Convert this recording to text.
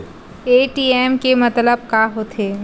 ATM के मतलब का होथे?